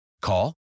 Call